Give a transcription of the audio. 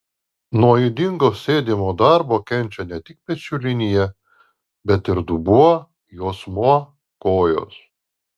nuo ydingo sėdimo darbo kenčia ne tik pečių linija bet ir dubuo juosmuo kojos